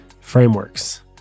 frameworks